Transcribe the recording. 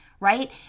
right